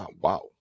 wow